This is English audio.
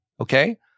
okay